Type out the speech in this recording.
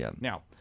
Now